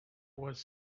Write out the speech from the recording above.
was